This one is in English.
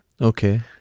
Okay